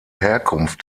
herkunft